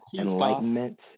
enlightenment